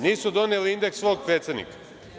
Nisu doneli indeks svog predsednika.